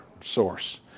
source